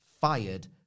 fired